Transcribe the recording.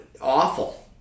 Awful